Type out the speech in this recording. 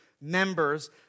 members